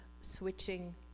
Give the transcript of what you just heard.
switching